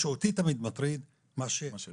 מה שאותי תמיד מטריד זה מה שאנחנו